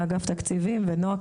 מאגף התקציבים ומנועה,